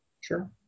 Sure